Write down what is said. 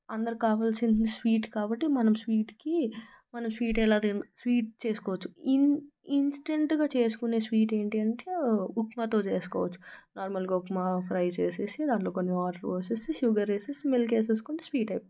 అందరికీ కావాల్సిన స్వీట్ కాబట్టి మనం స్వీట్కి మనం స్వీట్ ఎలా స్వీట్ చేసుకోవచ్చు ఇన్ ఇన్స్టెంట్గా చేసుకునే స్వీట్ ఏంటంటే ఉప్మాతో చేసుకోవచ్చు నార్మల్గా ఉప్మా ఫ్రై చేసేసి దాంట్లో కొన్ని వాటర్ పోసేసి షుగర్ వేసేసి మిల్క్ వేసుకుంటే స్వీట్ అయిపోతుంది